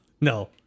No